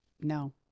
No